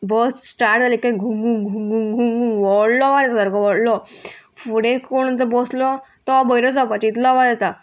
बस start जाली काय घु घूं घूं घूं घूं घूं व्हडलो अवाज येता सारको व्हडलो फुडें कोण जो बसलो तो भयरोच जावपाचो इतलो आवाज येता